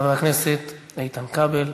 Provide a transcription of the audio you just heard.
חבר הכנסת איתן כבל.